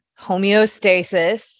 homeostasis